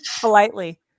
Politely